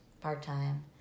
part-time